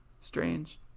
Strange